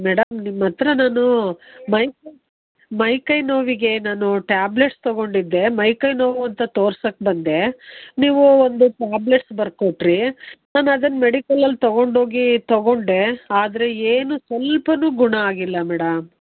madam ನಿಮ್ಮ ಹತ್ರ ನಾನು ಮೈ ಮೈಕೈ ನೋವಿಗೆ ನಾನು ಟ್ಯಾಬ್ಲೆಟ್ಸ್ ತೊಗೊಂಡಿದ್ದೆ ಮೈಕೈ ನೋವು ಅಂತ ತೋರ್ಸಕ್ಕೆ ಬಂದೆ ನೀವು ಒಂದು ಟ್ಯಾಬ್ಲೆಟ್ಸ್ ಬರಕೊಟ್ರಿ ನಾನು ಅದನ್ನು ಮೆಡಿಕಲಲ್ಲಿ ತಗೊಂಡು ಹೋಗಿ ತೊಗೊಂಡೆ ಆದರೆ ಏನೂ ಸ್ವಲ್ಪನು ಗುಣ ಆಗಿಲ್ಲ ಮೇಡಮ್